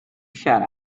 shut